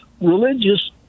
religious